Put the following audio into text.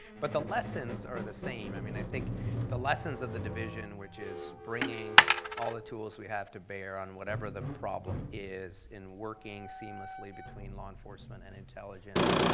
but the lessons are the same. i mean, i think the lessons of the division, which is bringing all the tools we have to bear on whatever the problem is in working seamlessly between law enforcement and intelligence,